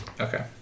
Okay